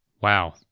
wow